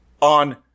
on